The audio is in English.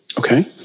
Okay